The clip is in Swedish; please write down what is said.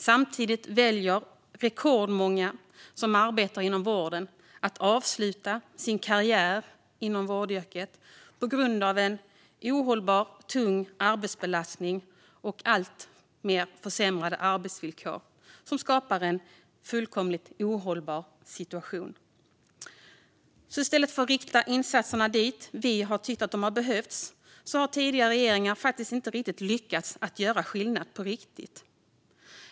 Samtidigt väljer rekordmånga som arbetar inom vården att avsluta sin karriär inom vårdyrket på grund av en ohållbart tung arbetsbelastning och alltmer försämrade arbetsvillkor som skapar en fullkomligt ohållbar situation. I stället för att rikta insatser dit vi har tyckt att de behövts har tidigare regeringar inte lyckats göra skillnad på riktigt.